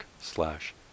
slash